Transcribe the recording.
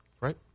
Right